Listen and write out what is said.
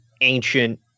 ancient